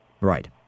Right